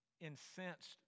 incensed